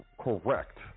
correct